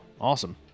Awesome